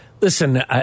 listen